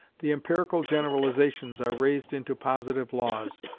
the empirical generalizations are raised into positive laws,